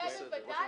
העיריות.